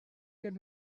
can